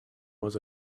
was